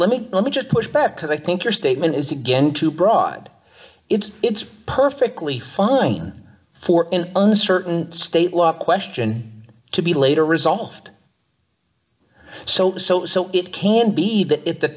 let me let me just push back because i think your statement is again too broad it's it's perfectly fine for in uncertain state law question to be later resolved so so so it can be that at the